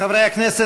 חברי הכנסת,